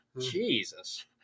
Jesus